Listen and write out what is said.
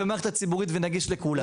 במערכת הציבורית ונגיש לכולם.